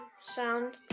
sound